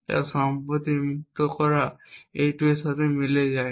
তা সম্প্রতি মুক্ত করা a2 এর সাথে মিলে যায়